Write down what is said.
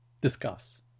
Discuss